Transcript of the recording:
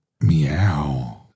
meow